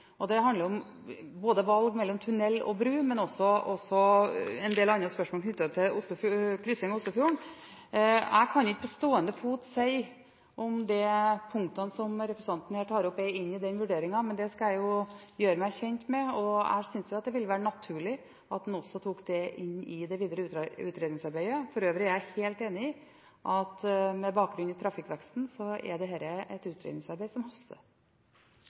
pågående KVU-arbeidet handler om kryssingen av Oslofjorden. Det handler om valg mellom tunnel og bru. Dessuten gjelder det en del andre spørsmål knyttet til kryssing av Oslofjorden. Jeg kan ikke på stående fot si om de punktene representanten tar opp, ligger i den vurderingen. Det skal jeg gjøre meg kjent med. Jeg syns det vil være naturlig at man også tar det med inn i det videre utredningsarbeidet. For øvrig er jeg helt enig i at med bakgrunn i trafikkveksten, er dette et utredningsarbeid som haster.